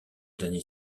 dernier